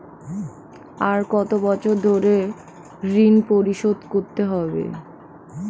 আর কত বছর ধরে ঋণ পরিশোধ করতে হবে?